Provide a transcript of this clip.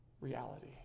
reality